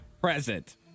present